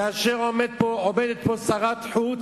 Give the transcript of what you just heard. כאשר עומדת פה שרת חוץ,